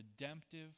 redemptive